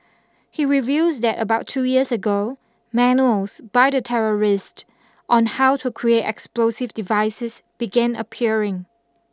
he reveals that about two years ago manuals by the terrorist on how to create explosive devices began appearing